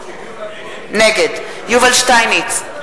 נגד יובל שטייניץ,